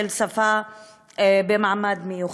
"שפה במעמד מיוחד".